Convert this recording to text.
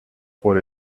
por